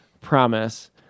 promise